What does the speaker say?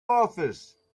office